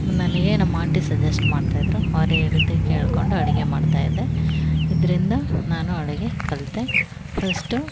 ನನಗೆ ನಮ್ಮ aunty suggest ಮಾಡ್ತಾ ಇದ್ದರು ಅವರು ಹೇಳಿದ್ದೇ ಕೇಳಿಕೊಂಡು ಅಡುಗೆ ಮಾಡ್ತಾ ಇದ್ದೆ ಇದರಿಂದ ನಾನು ಅಡುಗೆ ಕಲಿತೆ ಪಸ್ಟು